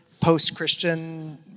post-Christian